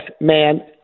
man